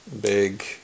big